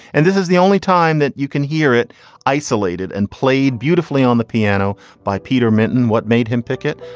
and this is the only time that you can hear it isolated and played beautifully on the piano by peter minton. what made him pick it?